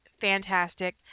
fantastic